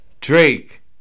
Drake